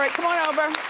like come on over.